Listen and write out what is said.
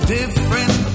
different